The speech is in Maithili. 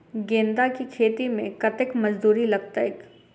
गेंदा केँ खेती मे कतेक मजदूरी लगतैक?